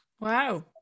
wow